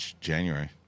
January